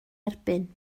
erbyn